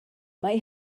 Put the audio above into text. mae